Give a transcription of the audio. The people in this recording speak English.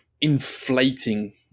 inflating